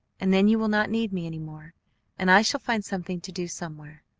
and then you will not need me any more and i shall find something to do somewhere.